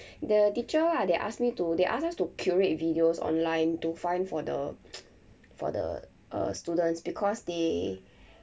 the teacher ah they ask me to they ask us to curate videos online to find for the for the uh students because they